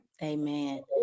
Amen